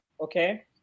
okay